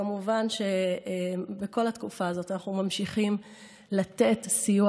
כמובן שבכל התקופה הזאת אנחנו ממשיכים לתת סיוע